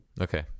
Okay